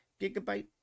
gigabyte